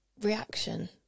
reaction